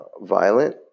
violent